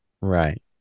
Right